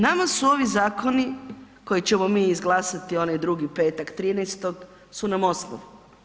Nama su ovi zakoni koje ćemo mi izglasati onaj drugi petak 13.-tog su nam osnov.